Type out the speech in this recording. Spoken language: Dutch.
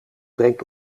brengt